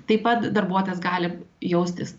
taip pat darbuotojas gali jaustis